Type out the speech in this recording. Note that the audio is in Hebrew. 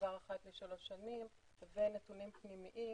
שמועבר אחת לשלוש שנים ונתונים פנימיים